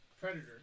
Predator